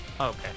Okay